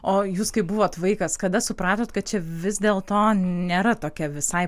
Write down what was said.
o jūs kai buvot vaikas kada supratot kad čia vis dėlto nėra tokia visai